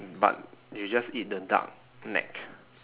but they just eat the duck neck